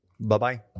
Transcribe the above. Bye-bye